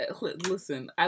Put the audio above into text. Listen